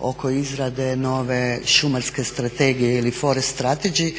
oko izrade nove Šumarske strategije ili Forest strategy